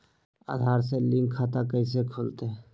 आधार से लिंक खाता कैसे खुलते?